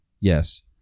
Yes